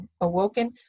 awoken